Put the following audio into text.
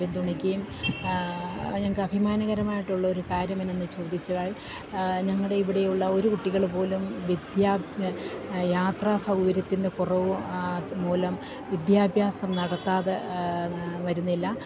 പിന്തുണയ്ക്കുകയും ഞങ്ങള്ക്ക് അഭിമാനകരമായിട്ടുള്ളൊരു കാര്യമെന്തെന്നു ചോദിച്ചാൽ ഞങ്ങളുടെ ഇവിടെയുള്ള ഒരു കുട്ടികള് പോലും യാത്രാ സൗകര്യത്തിന്റെ കുറവു മൂലം വിദ്യാഭ്യാസം നടത്താതെ വരുന്നില്ല